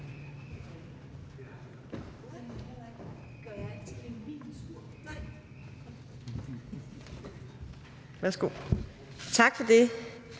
Tak for det.